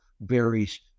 varies